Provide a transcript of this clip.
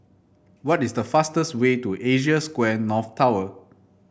what is the fastest way to Asia Square North Tower